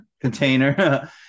Container